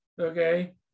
okay